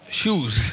shoes